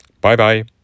Bye-bye